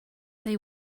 they